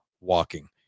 walking